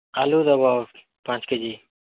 ଆଲୁ ଦବ ପାଞ୍ଚ୍ କେ ଜି